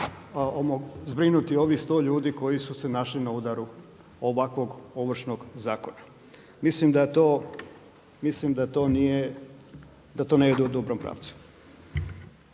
zbrinuti ovih sto ljudi koji su se našli na udaru ovakvog Ovršnog zakona. Mislim da to nije, da to ne ide u dobrom pravcu.